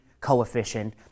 coefficient